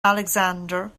alexander